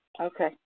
Okay